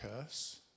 curse